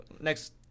next